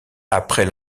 après